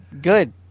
Good